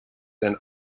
than